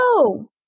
No